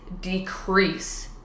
decrease